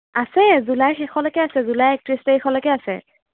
আছে জুলাই শেষৰলৈকে আছে জুলাই একত্ৰিছ তাৰিখৰলৈকে আছে